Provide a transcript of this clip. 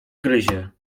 gryzie